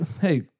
hey